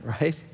right